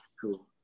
cool